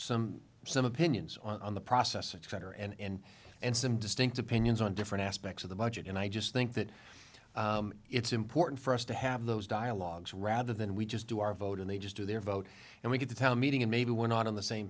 some some opinions on the process it's better and and some distinct opinions on different aspects of the budget and i just think that it's important for us to have those dialogues rather than we just do our vote and they just do their vote and we get to town meeting and maybe we're not on the same